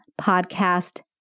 podcast